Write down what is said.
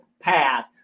path